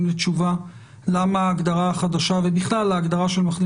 לתשובה למה ההגדרה החדשה ובכלל ההגדרה של מחלים